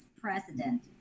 president